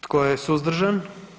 Tko je suzdržan?